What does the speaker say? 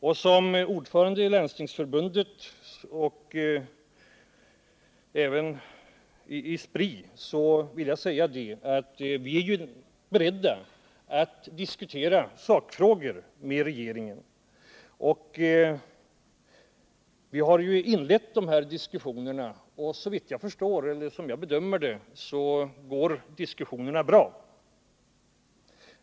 Såsom ordförande i Landstingsförbundet och även i Spri vill jag säga att vi är beredda att diskutera sakfrågor med regeringen. Vi har inlett dessa diskussioner, och enligt min bedömning går de bra.